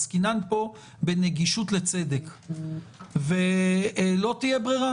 עסקינן פה בנגישות לצדק, ולא תהיה ברירה.